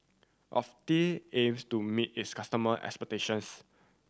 Ocuvite aims to meet its customer expectations